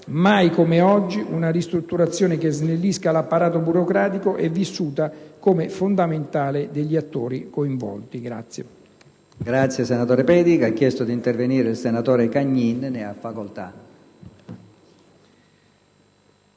mai come oggi una ristrutturazione che snellisca l'apparato burocratico è vissuta come fondamentale dagli attori coinvolti.